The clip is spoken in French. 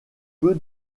peu